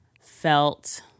felt